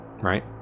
right